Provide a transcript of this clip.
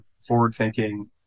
forward-thinking